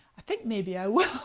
i think maybe i will.